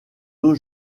deux